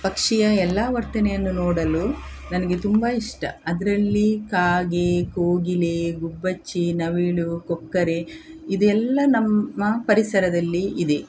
ಪಕ್ಷಿಯ ಎಲ್ಲಾ ವರ್ತನೆಯನ್ನು ನೋಡಲು ನನಗೆ ತುಂಬಾ ಇಷ್ಟ ಅದರಲ್ಲಿ ಕಾಗೆ ಕೋಗಿಲೆ ಗುಬ್ಬಚ್ಚಿ ನವಿಲು ಕೊಕ್ಕರೆ ಇದು ಎಲ್ಲ ನಮ್ಮ ಪರಿಸರದಲ್ಲಿ ಇದೆ